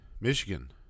Michigan